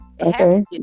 okay